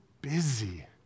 busy